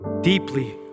deeply